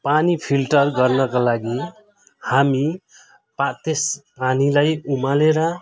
पानी फिल्टर गर्नको लागि हामी पा त्यस पानीलाई उमालेर